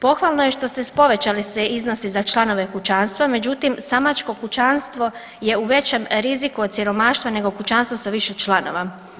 Pohvalno je što ste povećali iznos i za članove kućanstva, međutim samačko kućanstvo je u većem riziku od siromaštva nego kućanstvo sa više članova.